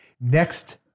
Next